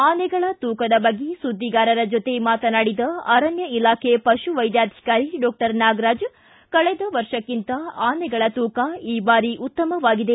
ಆನೆಗಳ ತೂಕದ ಬಗ್ಗೆ ಸುದ್ದಿಗಾರರ ಜೊತೆ ಮಾತನಾಡಿದ ಅರಣ್ಯ ಇಲಾಖೆ ಪಶುವೈದ್ಯಾಧಿಕಾರಿ ಡಾಕ್ಷರ್ ನಾಗರಾಜ್ ಕಳೆದ ವರ್ಷಕ್ಕಿಂತ ಅನೆಗಳ ತೂಕ ಈ ಭಾರಿ ಉತ್ತಮವಾಗಿದೆ